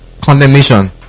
condemnation